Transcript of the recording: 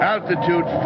Altitude